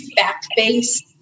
fact-based